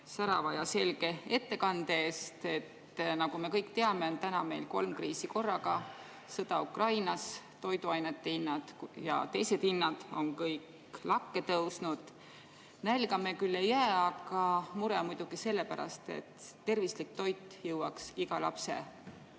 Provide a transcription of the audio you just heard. särava ja selge ettekande eest. Nagu me kõik teame, on täna meil kolm kriisi korraga: sõda Ukrainas, toiduainete hinnad ja teised hinnad on kõik lakke tõusnud. Nälga me küll ei jää, aga mure on muidugi selle pärast, et tervislik toit jõuaks iga lapse